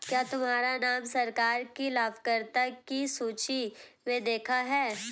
क्या तुम्हारा नाम सरकार की लाभकर्ता की सूचि में देखा है